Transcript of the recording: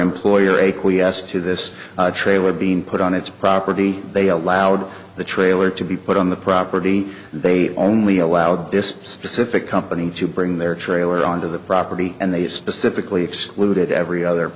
employer aqueous to this trailer being put on its property they allowed the trailer to be put on the property they only allowed this specific company to bring their trailer on to the property and they specifically excluded every other